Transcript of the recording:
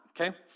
okay